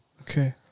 Okay